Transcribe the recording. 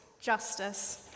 Justice